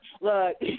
look